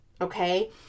okay